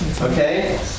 Okay